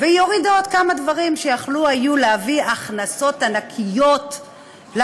והיא הורידה עוד כמה דברים שהיו יכולים להביא הכנסות ענקיות למדינה.